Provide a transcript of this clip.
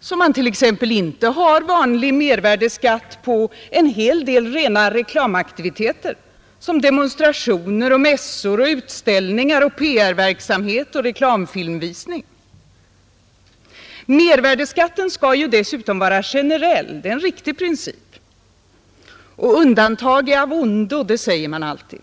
som man t.ex. inte har vanlig mervärdeskatt på en hel del rena reklamaktiviteter som demonstrationer, mässor, utställningar, PR-verksamhet och reklamfilmvisning. Mervärdeskatten skall ju vara generell. Det är en riktig princip, och undantag är av ondo — det säger man alltid.